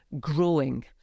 growing